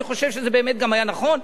ואני חושב שזה באמת גם היה נכון.